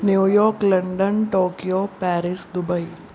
New York London Tokyo Paris Dubai